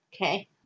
okay